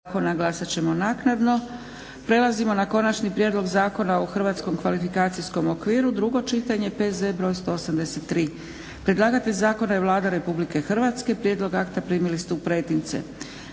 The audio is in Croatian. Dragica (SDP)** Prelazimo na - Konačni prijedlog Zakona o hrvatskom kvalifikacijskom okviru, drugo čitanje, PZ br. 183 Predlagatelj zakona je Vlada RH. Prijedlog akta primili ste u pretince.